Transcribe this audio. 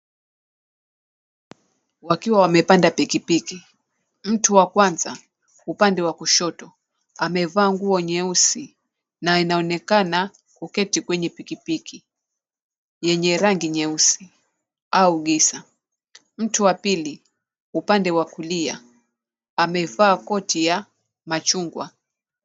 Wakiwa wamepanda pikipiki. Mtu wa kwanza upande wa kushoto, amevaa nguo nyeusi, na inaonekana kuketi kwenye pikipiki yenye rangi nyeusi au giza. Mtu wa pili upande wa kulia amevaa koti ya machungwa.